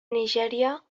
nigèria